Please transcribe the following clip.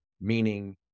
meaning